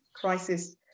crisis